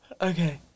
Okay